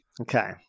Okay